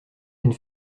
une